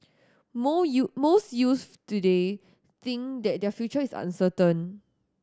moo you most youths today think that their future is uncertain